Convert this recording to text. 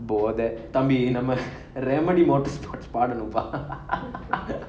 போதை தம்பி நம்ம:bothai thambi namma பாடுவோம்ப்பா:paaduvompaa